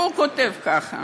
והוא כותב כך: